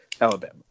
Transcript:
Alabama